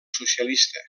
socialista